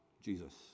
Jesus